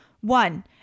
One